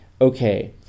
okay